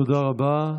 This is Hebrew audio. תודה רבה.